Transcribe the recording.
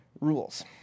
rules